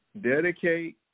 dedicate